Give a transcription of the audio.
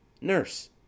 Nurse